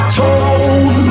told